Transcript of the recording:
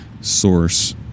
source